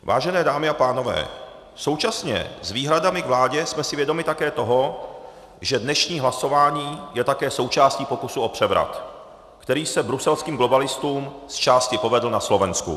Vážené dámy a pánové, současně s výhradami k vládě jsme si vědomi také toho, že dnešní hlasování je také součástí pokusu o převrat, který se bruselským globalistům zčásti povedl na Slovensku.